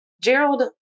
Gerald